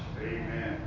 Amen